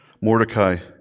Mordecai